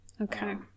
Okay